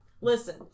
Listen